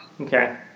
Okay